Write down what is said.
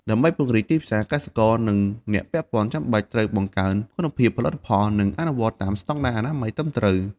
ដើម្បីពង្រីកទីផ្សារ កសិករនិងអ្នកពាក់ព័ន្ធចាំបាច់ត្រូវបង្កើនគុណភាពផលិតផល និងអនុវត្តតាមស្តង់ដារអនាម័យត្រឹមត្រូវ។